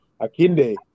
Akinde